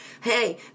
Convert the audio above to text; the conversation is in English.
hey